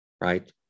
right